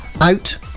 out